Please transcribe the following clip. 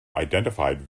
identified